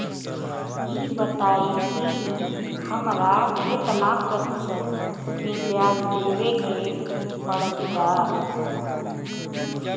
ई बताई की हमरा केतना प्रतिशत के ब्याज देवे के पड़त बा?